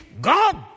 God